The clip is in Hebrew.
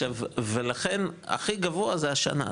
ולכן הכי גבוה זה השנה.